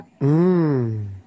Mmm